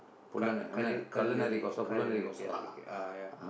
cut~ cutl~ cutlery cutlery k okay ah ya